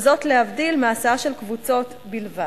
וזאת להבדיל מהסעה של קבוצות בלבד.